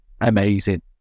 Amazing